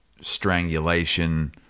strangulation